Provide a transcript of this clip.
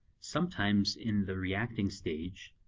sometimes in the reacting stage,